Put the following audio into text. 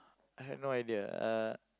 I have no idea uh